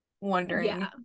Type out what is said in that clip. wondering